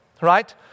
right